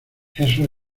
eso